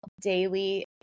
daily